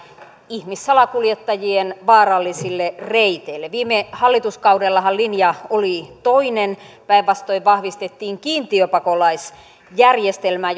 ihmissalakuljettajien vaarallisille reiteille viime hallituskaudellahan linja oli toinen päinvastoin vahvistettiin kiintiöpakolaisjärjestelmää